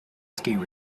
skiing